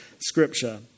scripture